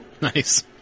Nice